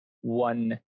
one